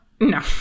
No